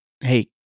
hey